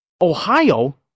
Ohio